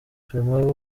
clement